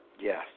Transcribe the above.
Yes